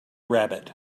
rabbit